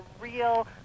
real